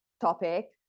topic